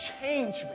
change